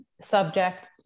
subject